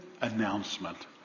announcement